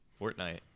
Fortnite